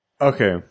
Okay